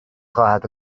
خواهد